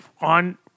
on